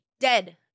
Dead